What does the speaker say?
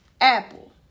Apple